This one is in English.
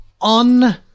on